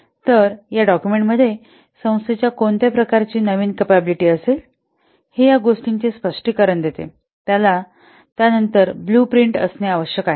तर या डाक्युमेंट मध्ये संस्थेच्या कोणत्या प्रकारची नवीन कपॅबिलिटी असेल हे या गोष्टीचे स्पष्टीकरण देते त्यानंतर ब्लु प्रिंट असणे आवश्यक आहे